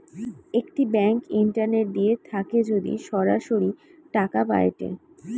একটি bank internet দিয়ে থাকে যদি সরাসরি টাকা পায়েটে